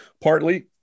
partly